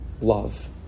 love